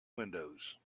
windows